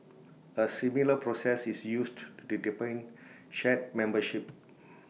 A similar process is used to shard membership